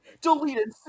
deleted